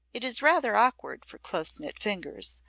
it is rather awkward for close-knit fingers.